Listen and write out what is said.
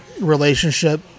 relationship